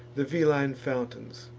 the veline fountains,